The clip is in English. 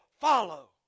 follow